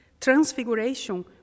transfiguration